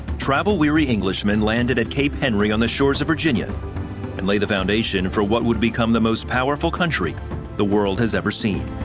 travel weary englishmen landed at cape henry on the shores of virginia and lay the foundation for what would become the most powerful country the world has ever seen.